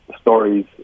stories